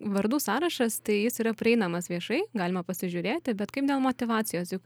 vardų sąrašas tai jis yra prieinamas viešai galima pasižiūrėti bet kaip dėl motyvacijos juk